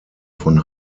von